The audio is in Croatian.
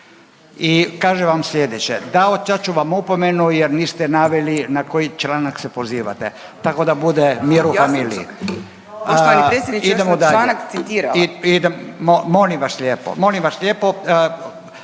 i kažem vam slijedeće davat ću vam opomenu jer niste naveli na koji članak se pozivate tako da bude mir u familiji. …/Upadica Viktorija